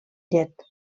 llet